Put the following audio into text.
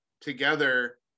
together